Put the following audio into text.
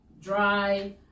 dry